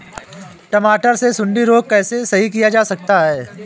टमाटर से सुंडी रोग को कैसे सही किया जा सकता है?